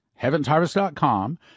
Heavensharvest.com